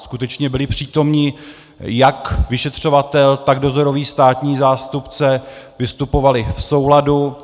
Skutečně byli přítomni jak vyšetřovatel, tak dozorový státní zástupce, vystupovali v souladu.